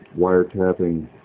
wiretapping